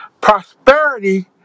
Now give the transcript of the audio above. Prosperity